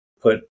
put